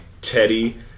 Teddy